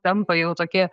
tampa jau tokie